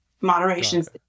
Moderations